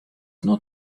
not